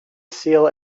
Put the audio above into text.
seal